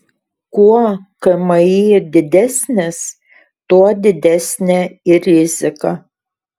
kuo kmi didesnis tuo didesnė ir rizika